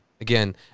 Again